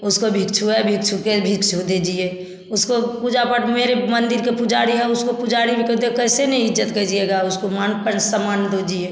उसको भिक्षु है भिक्षु के भिक्षु दीजिए उसको पूजा पाठ मेरे मंदिर के पुजारी है उसको पुजारी में को तो कैसे नहीं इज़्ज़त कीजिएगा उसको मान पर सम्मान दीजिए